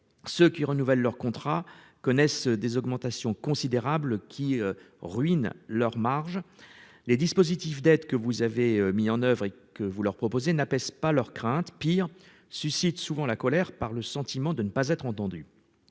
ceux qui renouvellent leur contrat connaissent des augmentations considérables qui ruine leurs marges. Les dispositifs d'aide que vous avez mis en oeuvre et que vous leur proposez n'apaise pas leur craintes pire suscite souvent la colère par le sentiment de ne pas être entendus.